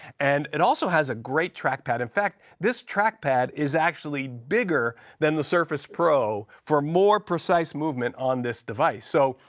and it also has a great trackpad. in fact, this trackpad is actually bigger than the surface pro, for more precise movement on this device. so,